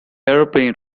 airplane